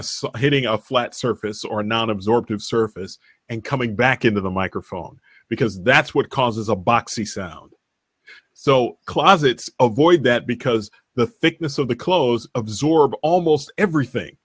us hitting a flat surface or non absorptive surface and coming back into the microphone because that's what causes a boxy sound so closets avoid that because the thickness of the clothes absorb almost everything